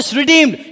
redeemed